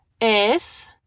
es